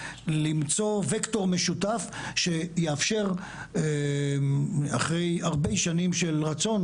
למצוא וקטור משותף שיאפשר אחרי הרבה שנים של רצון,